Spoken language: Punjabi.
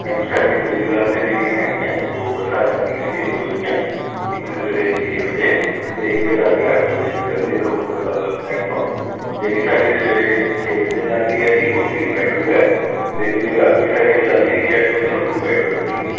ਮੈਡਮ ਸਾਡੀ ਦਿੱਲੀ ਵਾਸਤੇ ਜਿਹੜੀਆਂ ਹੈਗੀਆਂ ਦੋ ਬੱਸਾਂ ਜਾਂਦੀਆਂ ਜੀ ਰੋਜ਼ ਦੀਆਂ ਇੱਕ ਸਵੇਰੇ ਛੇ ਵਜੇ ਅਤੇ ਇੱਕ ਰਾਤੀ ਅੱਠ ਵਜੇ ਨਿਕਲਦੀ ਹੈ ਕਪੂਰਥਲਾ ਬਸ ਸਟੈਂਡ ਤੋਂ ਜਿਹੜੀ ਸਾਡੀ ਸਵੇਰੇ ਛੇ ਵਜੇ ਜਾਂਦੀ ਹੈ ਜੀ ਉਹ ਥਰੀ ਬਾਏ ਟੂ ਆ ਅਤੇ ਜਿਹੜੀ ਰਾਤੀ ਸਾਡੀ ਚਲਦੀ ਹੈਗੀ ਅੱਠ ਵਜੇ ਉਹ ਟੂ ਬਾਏ ਟੂ ਹੈ ਜੀ